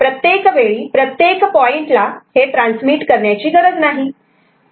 प्रत्येक वेळी प्रत्येक पॉइंटला हे ट्रान्समीट करण्याची ची गरज नाही